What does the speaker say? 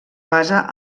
basa